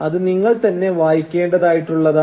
അത് നിങ്ങൾ തന്നെ വായിക്കേണ്ടതായിട്ടുള്ളതാണ്